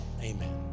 Amen